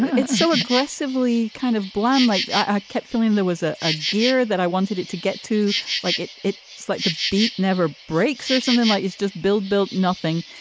it's so aggressively kind of bland like i kept feeling there was a ah gear that i wanted it to get to like it. it's like the beat never breaks or something like it's just build built nothing.